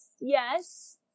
yes